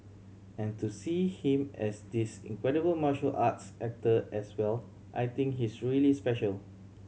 and to see him as this incredible martial arts actor as well I think he's really special